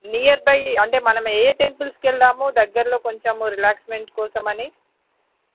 near by అంటే మనం ఏ టెంపుల్స్కి వెళ్దాము దగ్గరలో కొంచెం రిలాక్స్మెంట్ కోసమని